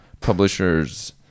publisher's